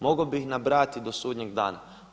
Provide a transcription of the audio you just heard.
Mogao bi ih nabrajati do sudnjeg dana.